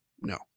No